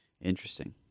Interesting